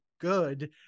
good